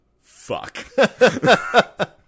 fuck